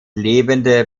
lebende